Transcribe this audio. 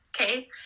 okay